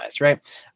Right